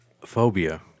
Phobia